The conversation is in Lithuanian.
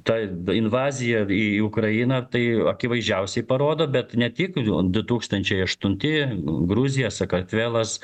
ta invazija į ukrainą tai akivaizdžiausiai parodo bet ne tik du tūkstančiai aštunti gruzija sakartvelas